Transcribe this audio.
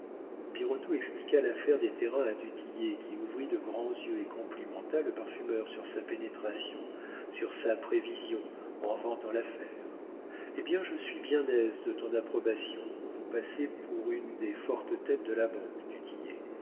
expliqua l'affaire des terrains à du tillet qui ouvrit de grands yeux et complimenta le parfumeur sur sa pénétration sur sa prévision en vantant l'affaire eh bien je suis bien aise de ton approbation vous passez pour une des fortes têtes de la banque